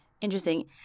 Interesting